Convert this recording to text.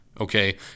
okay